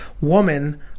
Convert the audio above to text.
woman